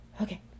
Okay